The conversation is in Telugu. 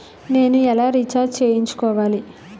నేను ఎలా రీఛార్జ్ చేయించుకోవాలి?